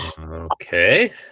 Okay